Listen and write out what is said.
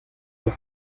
dos